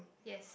yes